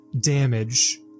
damage